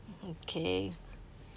mmhmm okay